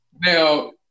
Now